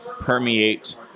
permeate